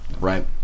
right